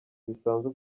bisanzwe